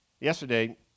Yesterday